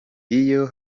iyo